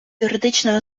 юридичною